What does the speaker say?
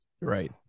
Right